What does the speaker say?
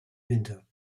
winter